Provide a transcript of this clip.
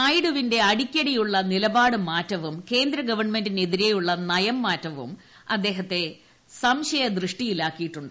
നായിഡുവിന്റെ അടിക്കടിയുളള നിലപാട് മാറ്റവും കേന്ദ്ര ഗവൺമെന്റിന് എതിരെയുളള നയംമാറ്റവും അദ്ദേഹത്തെ സംശയദൃഷ്ടിയിലാക്കിയിട്ടിണ്ട്